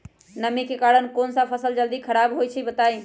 नमी के कारन कौन स फसल जल्दी खराब होई छई बताई?